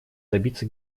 добиться